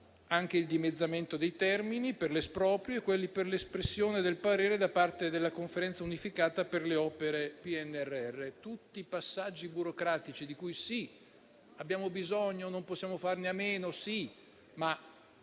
per il dimezzamento dei termini per l'esproprio e per l'espressione del parere da parte della Conferenza unificata per le opere PNRR: sono tutti passaggi burocratici di cui, sì, abbiamo bisogno e non possiamo fare a meno, ma